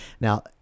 Now